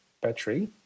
battery